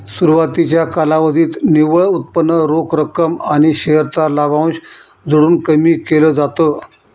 सुरवातीच्या कालावधीत निव्वळ उत्पन्न रोख रक्कम आणि शेअर चा लाभांश जोडून कमी केल जात